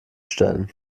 stellen